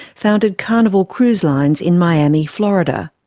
founded carnival cruise lines in miami, florida.